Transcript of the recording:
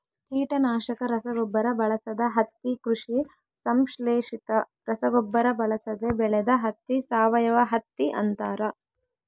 ಕೀಟನಾಶಕ ರಸಗೊಬ್ಬರ ಬಳಸದ ಹತ್ತಿ ಕೃಷಿ ಸಂಶ್ಲೇಷಿತ ರಸಗೊಬ್ಬರ ಬಳಸದೆ ಬೆಳೆದ ಹತ್ತಿ ಸಾವಯವಹತ್ತಿ ಅಂತಾರ